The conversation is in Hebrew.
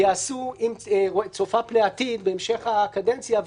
ייעשו צופי פני עתיד בהמשך הקדנציה,